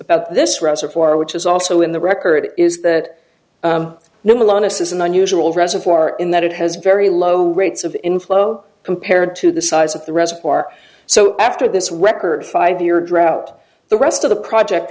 about this reservoir which is also in the record is that number one a says an unusual reservoir in that it has very low rates of inflow compared to the size of the reservoir so after this record five year drought the rest of the project